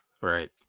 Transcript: Right